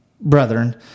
brethren